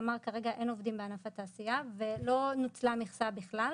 כלומר כרגע אין עובדים בענף התעשייה ולא נוצלה המכסה בכלל.